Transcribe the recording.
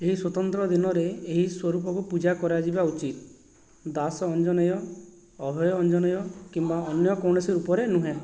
ଏହି ସ୍ୱତନ୍ତ୍ର ଦିନରେ ଏହି ସ୍ୱରୂପକୁ ପୂଜା କରାଯିବା ଉଚିତ ଦାସ ଅଞ୍ଜନେୟ ଅଭୟ ଅଞ୍ଜନେୟ କିମ୍ବା ଅନ୍ୟ କୌଣସି ରୂପରେ ନୁହେଁ